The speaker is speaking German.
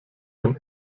von